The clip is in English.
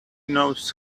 knows